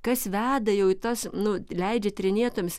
kas veda jau į tas nu leidžia tyrinėtojams